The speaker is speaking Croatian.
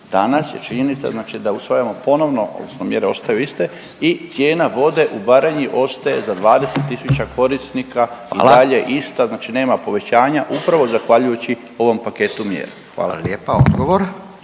Danas je činjenica da usvajamo ponovno odnosno mjere ostaju iste i cijena vode u Baranji ostaje za 20.000 korisnika …/Upadica Radin: Hvala./… i dalje ista znači nema povećanja upravo zahvaljujući ovom paketu mjera. Hvala. **Radin,